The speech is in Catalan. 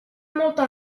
molta